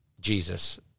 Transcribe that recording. Jesus